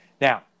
Now